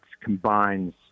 combines